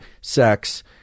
sex